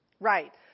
right